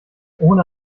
ohne